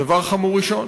דבר חמור ראשון,